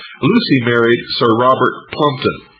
lucy married sir robert plumpton.